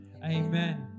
Amen